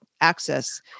access